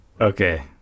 Okay